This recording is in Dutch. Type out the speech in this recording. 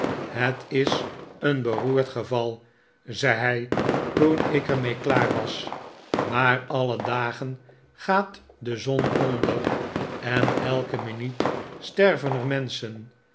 het is een beroerd geval zei hij toen ik er mee klaar was maar alle dagen gaat de zon onder en elke minuut sterven er menschen